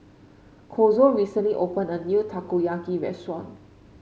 Kazuo recently opened a new Takoyaki restaurant